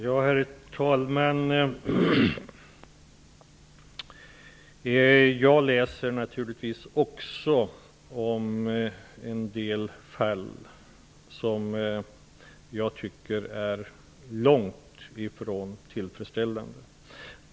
Herr talman! Också jag läser naturligtvis om en del fall, som jag tycker är långt ifrån tillfredsställande.